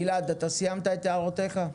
גלעד, אתה סיימת את הערותיך?